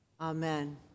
Amen